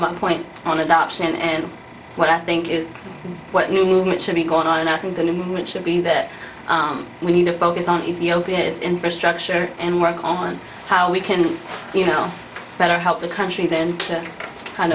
my point on adoption and what i think is what new movement should be going on and i think the new movement should be that we need to focus on ethiopia's infrastructure and work on how we can you know better help the country then kind